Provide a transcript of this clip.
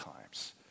times